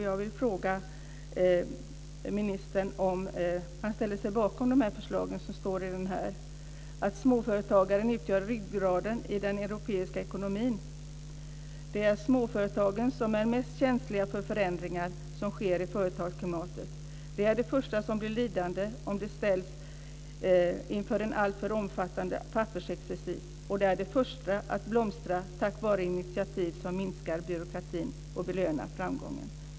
Jag vill fråga ministern om han ställer sig bakom förslagen i den. Där sägs att småföretagen utgör ryggraden i den europeiska ekonomin och att det är småföretagen som är mest känsliga för förändringar i företagsklimatet. De är de första som blir lidande om de ställs inför en alltför omfattande pappersexercis. De är också de första att blomstra tack vare initiativ som minskar byråkrati och belönar framgång.